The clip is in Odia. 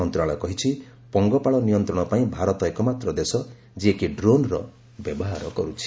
ମନ୍ତ୍ରଣାଳୟ କହିଛି ପଙ୍ଗପାଳ ନିୟନ୍ତ୍ରଣ ପାଇଁ ଭାରତ ଏକମାତ୍ର ଦେଶ ଯିଏ କି ଡ୍ରୋନ୍ର ବ୍ୟବହାର କର୍ତ୍ଥିଛି